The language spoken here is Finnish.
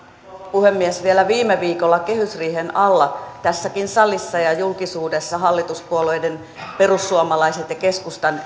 puhemies vielä viime viikolla kehysriihen alla tässäkin salissa ja julkisuudessa hallituspuolueiden perussuomalaiset ja keskustan